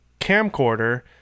camcorder